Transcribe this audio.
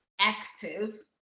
active